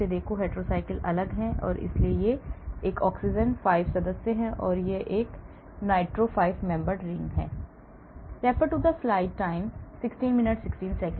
इसे देखो hetero cycles अलग हैं यह एक ऑक्सीजन 5 सदस्य है यह nitro 5 membered rings है